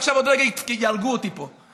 אבל עכשיו יהרגו אותי פה.